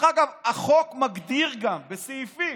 החוק מגדיר בסעיפים,